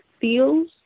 feels